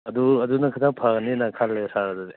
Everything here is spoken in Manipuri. ꯑꯗꯨꯅ ꯈꯔ ꯐꯒꯅꯦꯅ ꯈꯜꯂꯤ ꯁꯥꯔ ꯑꯗꯨꯗꯤ